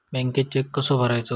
बँकेत चेक कसो भरायचो?